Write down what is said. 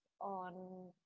on